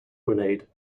grenade